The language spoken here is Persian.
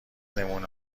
نمونه